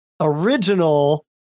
original